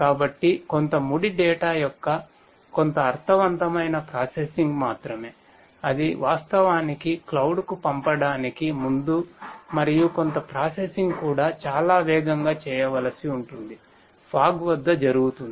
కాబట్టి ఫాగ్ వద్ద జరుగుతుంది